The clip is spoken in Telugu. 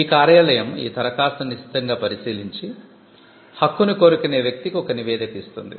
ఈ కార్యాలయం ఈ దరఖాస్తును నిశితంగా పరిశీలించి హక్కుని కోరుకునే వ్యక్తికి ఒక నివేదిక ఇస్తుంది